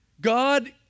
God